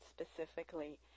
specifically